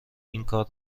اینکار